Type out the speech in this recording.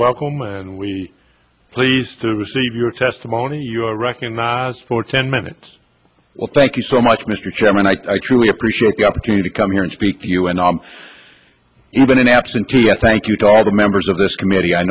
welcome and we are pleased to receive your testimony you are recognized for ten minutes well thank you so much mr chairman i truly appreciate the opportunity to come here and speak to you an arm even an absentee i thank you to all the members of this comm